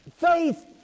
faith